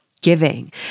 giving